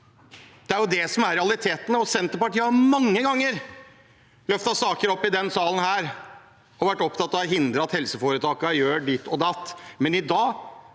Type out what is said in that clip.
Det er det som er realitetene. Senterpartiet har mange ganger løftet saker opp i denne salen og vært opptatt av å hindre at helseforetakene gjør ditt og datt,